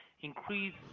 increase